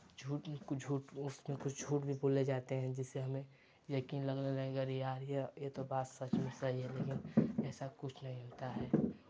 झूठ झूठ कुछ झूठ भी बोला जाता है जिससे हमें यकीन लगने लगेगा यार ये ये तो बात सच में सही है लेकिन ऐसा कुछ नहीं होता है